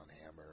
Hammer